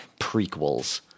prequels